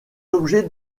objets